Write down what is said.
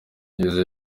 yageze